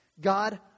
God